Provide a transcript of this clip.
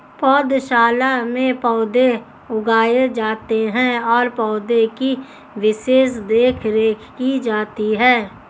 पौधशाला में पौधे उगाए जाते हैं और पौधे की विशेष देखरेख की जाती है